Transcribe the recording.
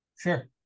Sure